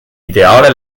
ideale